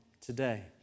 today